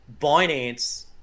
binance